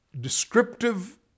descriptive